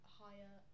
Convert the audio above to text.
higher